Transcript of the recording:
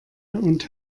und